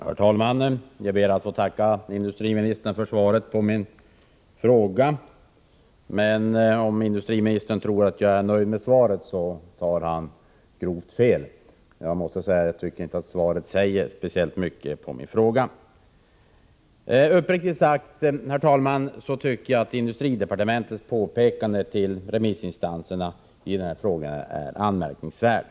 Herr talman! Jag ber att få tacka industriministern för svaret på min fråga. Om industriministern tror att jag är nöjd med svaret, tar han grovt fel. Jag måste säga att svaret inte säger speciellt mycket. Uppriktigt sagt tycker jag att industridepartementets påpekande till remissinstanserna är anmärkningsvärt.